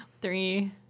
Three